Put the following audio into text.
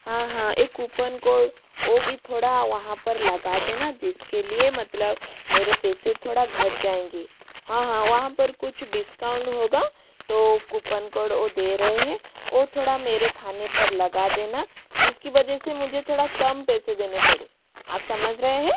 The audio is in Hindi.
हाँ हाँ एक कूपन कोड वह भी थोड़ा वहाँ पर लगा देना जिसके लिए मतलब मेरे पैसे थोड़ा घट जाएंगे हाँ हाँ वहाँ पर कुछ डिस्काउंट होगा तो कूपन कोड वह दे रहे है वह थोड़ा मेरे खाने पर लगा देना जिसकी वजह से मुझे थोड़ा कम पैसे देने पड़े आप समझ रहे हैं